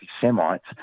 Semites